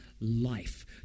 life